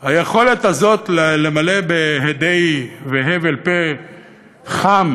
היכולת הזאת למלא בהדים והבל פה חם